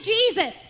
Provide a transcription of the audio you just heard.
Jesus